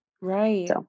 Right